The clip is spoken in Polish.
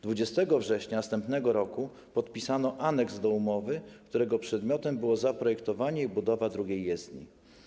20 września następnego roku podpisano aneks do umowy, którego przedmiotem było zaprojektowanie i budowa drugiej jezdni.